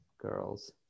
girls